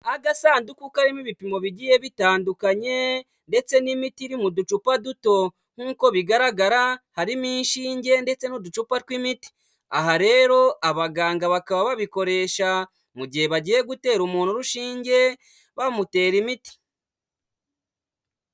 Agasanduku karimo ibipimo bigiye bitandukanye ndetse n'imiti iri mu ducupa duto nk'uko bigaragara harimo inshinge ndetse n'uducupa tw'imiti, aha rero abaganga bakaba babikoresha mu gihe bagiye gutera umuntu urushinge bamutera imiti.